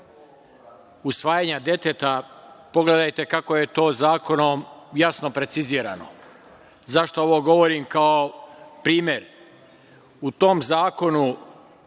usvajanja deteta pogledajte kako je to zakonom jasno precizirano. Zašto ovo govorim kao primer?U tom zakonu,